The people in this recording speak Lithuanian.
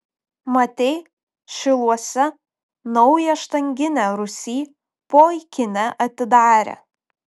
matei šiluose naują štanginę rūsy po ikine atidarė